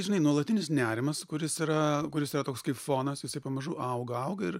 žinai nuolatinis nerimas kuris yra kuris yra toks kaip fonas jisai pamažu auga auga ir